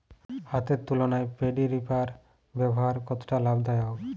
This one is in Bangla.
হাতের তুলনায় পেডি রিপার ব্যবহার কতটা লাভদায়ক?